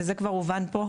וזה כבר הובן כאן,